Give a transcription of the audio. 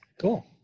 Cool